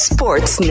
Sports